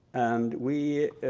and we